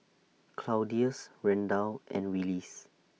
Claudius Randal and Willis